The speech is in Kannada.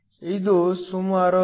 ಇದು ಸುಮಾರು 0